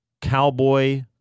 cowboy